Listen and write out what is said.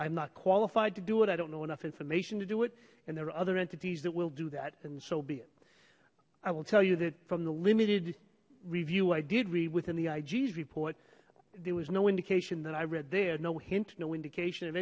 i'm not qualified to do what i don't know enough information to do it and there are other entities that will do that and so be it i will tell you that from the limited review i did read within the aiji's report there was no indication that i read their no hint no indication of